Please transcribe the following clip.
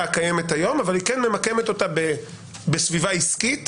הקיימת היום אבל היא כן ממקמת אותה בסביבה עסקית